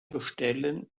bestellen